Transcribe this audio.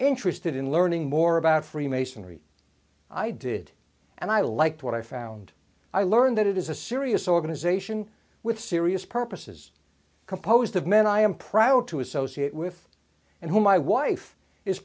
interested in learning more about freemasonry i did and i liked what i found i learned that it is a serious organization with serious purposes composed of men i am proud to associate with and who my wife is